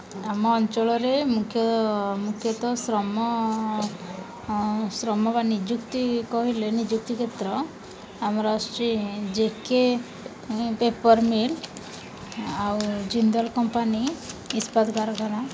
ଆମ ଅଞ୍ଚଳରେ ମୁଖ୍ୟ ମୁଖ୍ୟତଃ ଶ୍ରମ ଶ୍ରମ ବା ନିଯୁକ୍ତି କହିଲେ ନିଯୁକ୍ତି କ୍ଷେତ୍ର ଆମର ଆସୁଛି ଜେ କେ ପେପର୍ ମିଲ୍ ଆଉ ଜିନ୍ଦଲ୍ କମ୍ପାନୀ ଇସ୍ପାତ୍ କାରଖାନା